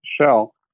Shell